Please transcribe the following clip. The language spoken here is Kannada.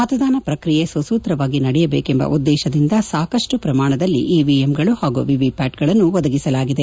ಮತದಾನ ಪ್ರಕ್ರಿಯೆ ಸುಸೂತ್ರವಾಗಿ ನಡೆಯಬೇಕೆಂಬ ಉದ್ದೇಶದಿಂದ ಸಾಕಷ್ಟು ಪ್ರಮಾಣದಲ್ಲಿ ಇವಿಎಂಗಳು ಹಾಗೂ ವಿವಿಪ್ಯಾಟ್ಗಳನ್ನು ಒದಗಿಸಲಾಗಿದೆ